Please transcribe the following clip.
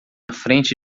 frente